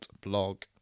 blog